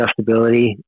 adjustability